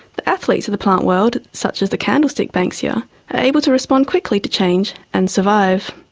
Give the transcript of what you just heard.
the athletes of the plant world, such as the candlestick banksia, are able to respond quickly to change and survive.